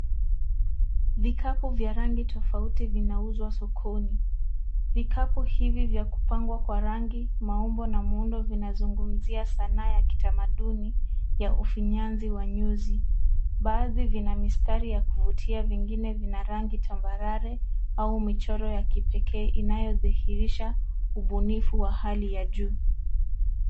Vikapu vya rangi tofauti vinauzwa sokoni. Vikapu hivi vya kupangwa kwa rangi, maumbo na muundo vinazungumzia sanaa ya kitamaduni ya ufinyanzi wa nyuzi. Baadhi vina mistari ya kuvutia , vingine vina rangi tambarare au michoro ya kipekee inayodhihirisha ubunifu wa hali ya juu.